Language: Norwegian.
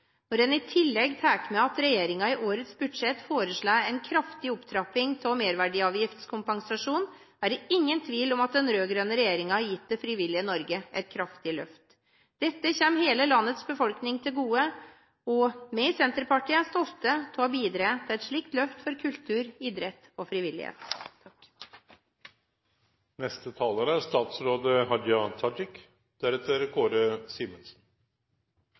Når en i tillegg tar med at regjeringen i årets budsjett foreslår en kraftig opptrapping av merverdiavgiftskompensasjonen, er det ingen tvil om at den rød-grønne regjeringen har gitt det frivillige Norge et kraftig løft. Dette kommer hele landets befolkning til gode, og vi i Senterpartiet er stolte av å ha bidratt til et slikt løft for kultur, idrett og frivillighet. Det er